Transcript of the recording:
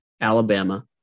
Alabama